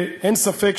ויפה שאמרת.